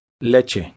Leche